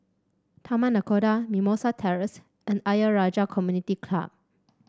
Taman Nakhoda Mimosa Terrace and Ayer Rajah Community Club